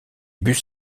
bus